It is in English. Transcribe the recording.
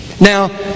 now